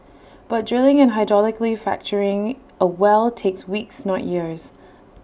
but drilling and hydraulically fracturing A well takes weeks not years